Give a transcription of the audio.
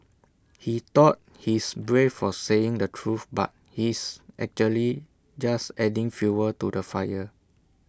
he thought he's brave for saying the truth but he's actually just adding fuel to the fire